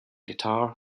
guitar